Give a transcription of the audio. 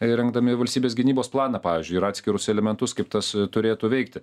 ir rengdami valstybės gynybos planą pavyzdžiui ir atskirus elementus kaip tas turėtų veikti